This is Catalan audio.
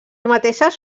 mateixes